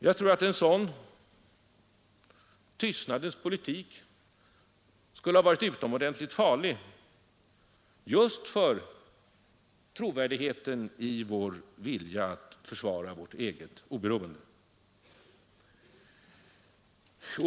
Jag tror att en sådan tystnadens politik skulle ha varit utomordentligt farlig just för trovärdigheten i vår vilja att försvara vårt eget oberoende.